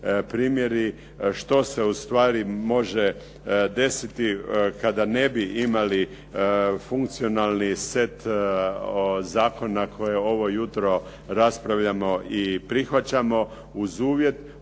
primjeri što se ustvari može desiti kada ne bi imali funkcionalni set zakona koje ovo jutro raspravljamo i prihvaćamo uz uvjet